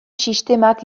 sistemak